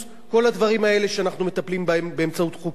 כל הדברים האלה שאנחנו מטפלים בהם באמצעות חוקים,